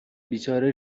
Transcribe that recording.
بیچاره